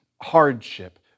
hardship